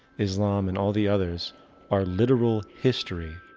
islam and all the others are literal history,